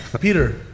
Peter